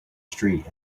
street